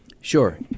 Sure